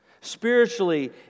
Spiritually